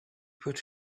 put